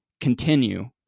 continue